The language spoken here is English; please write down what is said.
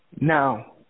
Now